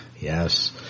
Yes